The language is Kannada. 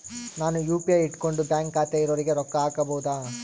ನಾನು ಯು.ಪಿ.ಐ ಇಟ್ಕೊಂಡು ಬ್ಯಾಂಕ್ ಖಾತೆ ಇರೊರಿಗೆ ರೊಕ್ಕ ಹಾಕಬಹುದಾ?